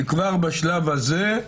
שכבר בשלב הזה,